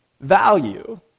value